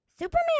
Superman